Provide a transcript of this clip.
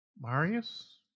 Marius